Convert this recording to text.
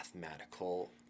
mathematical